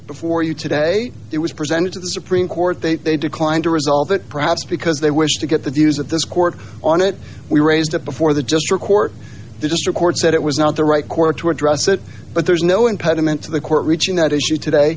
before you today it was presented to the supreme court they declined to resolve it perhaps because they wish to get the views of this court on it we raised it before the district court the district court said it was not the right court to address it but there's no impediment to the court reaching that issue today